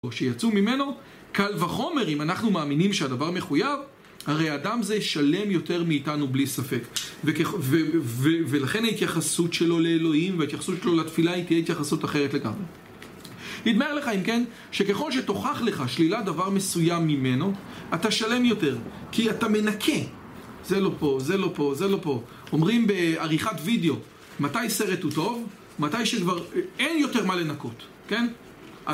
שיצאו ממנו, קל וחומר אם אנחנו מאמינים שהדבר מחויב, הרי אדם זה שלם יותר מאיתנו בלי ספק. ולכן ההתייחסות שלו לאלוהים וההתייחסות שלו לתפילה היא תהיה התייחסות אחרת לגמרי. נדמה לך אם כן, שככל שתוכח לך שלילה דבר מסוים ממנו, אתה שלם יותר. כי אתה מנקה. זה לא פה, זה לא פה, זה לא פה. אומרים בעריכת וידאו, מתי סרט הוא טוב? מתי שכבר אין יותר מה לנקות, כן?